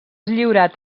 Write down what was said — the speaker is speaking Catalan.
lliurat